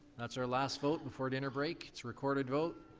that's our last vote before dinner break. it's a recorded vote.